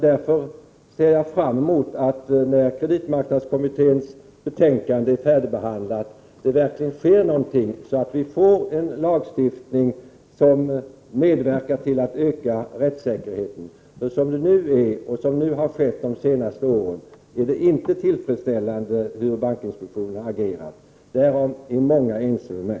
Därför ser jag fram emot att något verkligen sker när kreditmarknadskommitténs betänkande är färdigbehandlat, så att vi får en lagstiftning som medverkar till att öka rättssäkerheten. Den nuvarande rättssäkerheten på detta område är inte tillfredsställande, inte heller det sätt på vilket bankinspektionen har agerat under de senaste åren. Därom är många överens med mig.